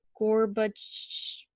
Gorbachev